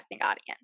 audience